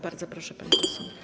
Bardzo proszę, pani poseł.